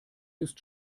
ist